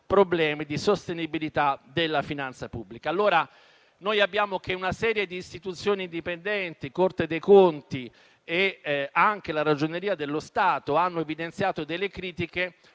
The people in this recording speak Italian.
di sostenibilità della finanza pubblica. Abbiamo quindi una serie di istituzioni indipendenti, la Corte dei conti e anche la Ragioneria generale dello Stato, che hanno evidenziato delle critiche.